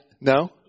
No